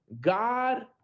God